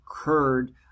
occurred